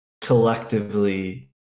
collectively